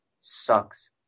sucks